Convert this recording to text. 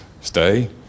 stay